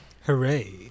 Hooray